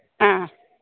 ആ